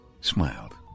smiled